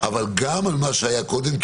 אבל גם על מה שהיה קודם,